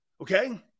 Okay